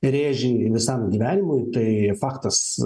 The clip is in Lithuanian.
rėžį visam gyvenimui tai faktas